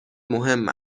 مهم